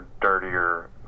dirtier